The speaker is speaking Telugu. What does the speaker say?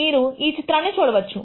మీరు ఈ చిత్రాన్ని చూడవచ్చు